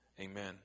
Amen